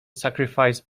sacrifice